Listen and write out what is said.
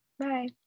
Bye